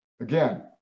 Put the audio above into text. again